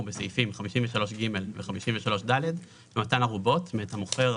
סעיפים 53ג ו-53ד במתן ערובות מאת המוכר,